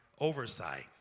oversight